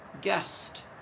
guest